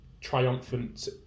triumphant